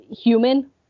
human